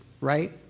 right